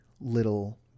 little